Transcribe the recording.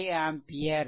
75 ampere